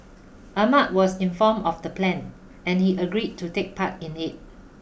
Ahmad was informed of the plan and he agreed to take part in it